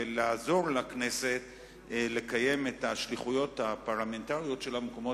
ולעזור לכנסת לקיים את השליחויות הפרלמנטריות שלה במקומות